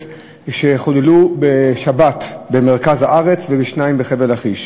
שחוללו בשבת במרכז הארץ ושניים בחבל-לכיש.